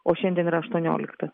o šiandien yra aštuoniolikta